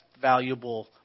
valuable